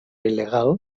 il·legal